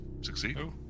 succeed